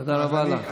תודה רבה לך.